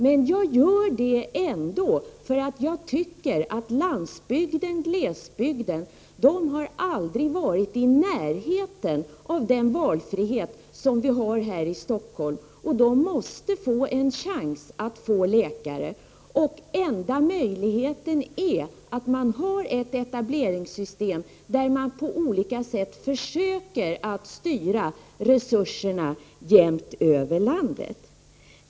Men jag gör ändå detta, därför att jag tycker att landsbygden, glesbygden aldrig har varit i närheten av den valfrihet som vi har här i Stockholm. Där måste man också få en chans att komma till läkare. Enda möjligheten är ett etableringskontrollsystem som försöker styra resurserna jämt över hela landet.